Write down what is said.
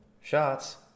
shots